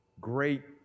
great